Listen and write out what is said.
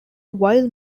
while